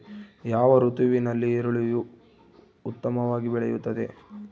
ಯಾವ ಋತುವಿನಲ್ಲಿ ಈರುಳ್ಳಿಯು ಉತ್ತಮವಾಗಿ ಬೆಳೆಯುತ್ತದೆ?